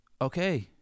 okay